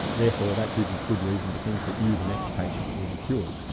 therefore that gives us good reason to think that you, the next patient will be cured.